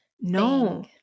no